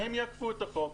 שהם יאכפו את החוק.